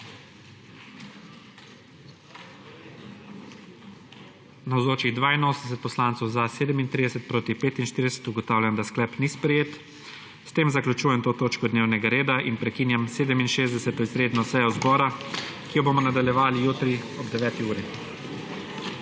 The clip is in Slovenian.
45. (Za je glasovalo 37.) (Proti 45.) Ugotavljam, da ta sklep ni sprejet. S tem zaključujem to točko dnevnega reda in prekinjam 67. izredno sejo zbora, ki jo bomo nadaljevali jutri ob 9. uri.